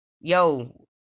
yo